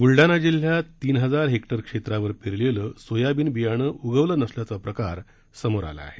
बुलडाणा जिल्ह्यात तीन हजार हेक्टर क्षेत्रावर पेरलेलं सोयाबीन बियाणं उगवले नसल्याचा प्रकार समोर आला आहे